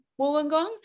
Wollongong